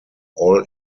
all